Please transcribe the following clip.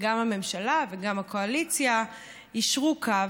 גם הממשלה וגם הקואליציה יישרו קו.